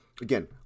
again